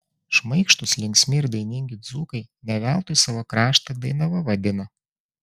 šmaikštūs linksmi ir dainingi dzūkai ne veltui savo kraštą dainava vadina